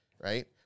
right